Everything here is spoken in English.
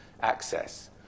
access